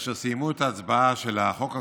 כאשר סיימו את ההצבעה של החוק הקודם,